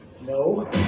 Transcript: No